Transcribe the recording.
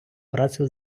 працю